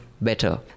better